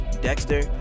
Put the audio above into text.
Dexter